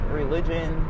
religion